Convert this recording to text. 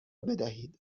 بدهید